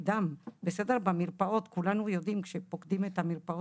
אנו מודעים לקושי